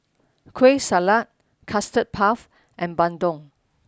Kueh Salat Custard Puff and Bandung